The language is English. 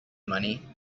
money